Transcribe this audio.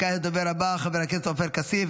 כעת הדובר הבא, חבר הכנסת עופר כסיף,